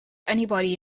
anybody